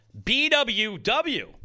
BWW